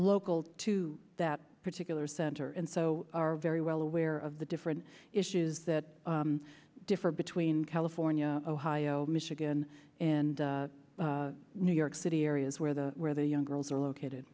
local to that particular center and so are very well aware of the different issues that differ between california ohio michigan and new york city areas where the where young girls are located